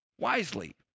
wisely